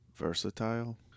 versatile